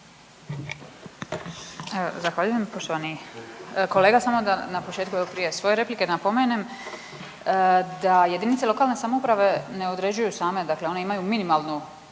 Zahvaljujem. Poštovani kolege samo da na početku prije svoje replike napomenem, da jedinice lokalne samouprave ne određuju dakle one imaju minimalnu